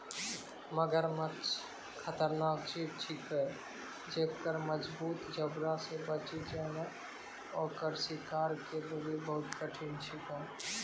मगरमच्छ खतरनाक जीव छिकै जेक्कर मजगूत जबड़ा से बची जेनाय ओकर शिकार के लेली बहुत कठिन छिकै